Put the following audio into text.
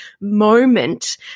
moment